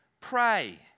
pray